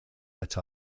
that